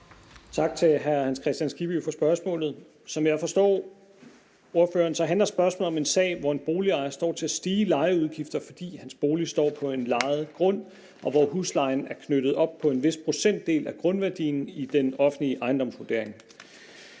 Tak til hr. Hans Kristian Skibby for spørgsmålet. Som jeg forstår ordføreren, handler spørgsmålet om en sag, hvor en boligejers lejeudgifter står til at stige, fordi hans bolig står på en lejet grund, og hvorhuslejen er knyttet op på en vis procentdel af grundværdien i den offentlige ejendomsvurdering.